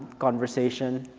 conversation,